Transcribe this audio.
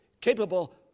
capable